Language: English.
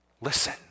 Listen